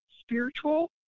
spiritual